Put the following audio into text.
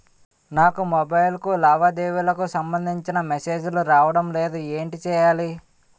నాకు మొబైల్ కు లావాదేవీలకు సంబందించిన మేసేజిలు రావడం లేదు ఏంటి చేయాలి?